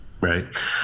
Right